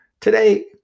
today